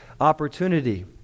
opportunity